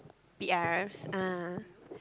P_Rs ah